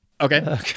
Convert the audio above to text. Okay